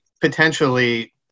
potentially